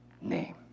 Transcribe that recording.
name